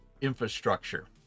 infrastructure